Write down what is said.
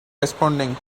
responding